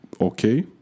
okay